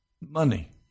money